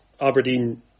Aberdeen